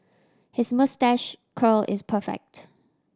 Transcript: his moustache curl is perfect